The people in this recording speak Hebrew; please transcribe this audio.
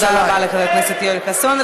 תודה רבה לחבר הכנסת יואל חסון.